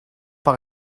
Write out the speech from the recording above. par